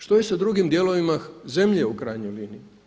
Što je sa drugim dijelovima zemlje u krajnjoj liniji?